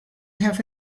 have